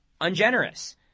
ungenerous